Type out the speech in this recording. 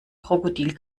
krokodil